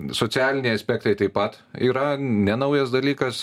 socialiniai aspektai taip pat yra nenaujas dalykas